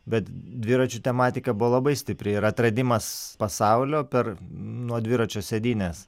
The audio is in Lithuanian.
bet dviračių tematika buvo labai stipri ir atradimas pasaulio per nuo dviračio sėdynės